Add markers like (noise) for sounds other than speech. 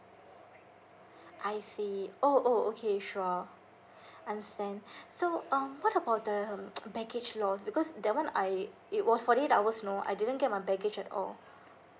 I see oh oh okay sure understand (breath) so um what about the um baggage lost because that one I it was forty eight hours you know I didn't get my baggage at all